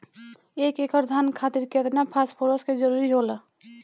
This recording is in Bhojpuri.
एक एकड़ धान खातीर केतना फास्फोरस के जरूरी होला?